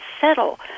settle